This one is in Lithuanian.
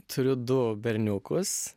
turiu du berniukus